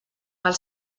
pel